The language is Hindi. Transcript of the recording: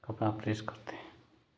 कपड़ा प्रेस करते हैं